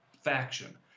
faction